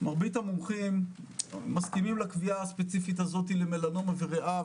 מרבית המומחים מסכימים לקביעה הספציפית הזאת למלנומה וריאה,